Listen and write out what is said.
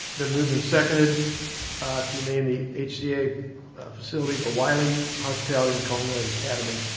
been moved and seconded to name the hca facility the wylie hospitality and culinary academy.